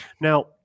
Now